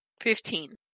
Fifteen